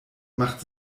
macht